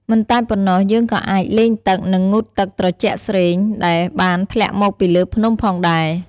មិនតែប៉ុណ្ណោះយើងក៏អាចលេងទឹក និងងូតទឹកស្រជាក់ស្រេង ដែលបានធ្លាក់មកពីលើភ្នំផងដែរ។